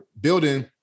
building